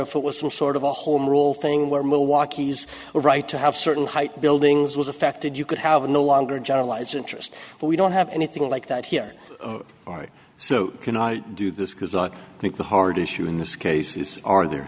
if it was some sort of a home rule thing where milwaukee's or right to have certain height buildings was affected you could have no longer generalized interest but we don't have anything like that here or so can i do this because i think the hard issue in this case is are the